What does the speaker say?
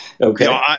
Okay